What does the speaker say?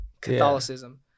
Catholicism